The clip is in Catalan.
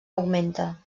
augmenta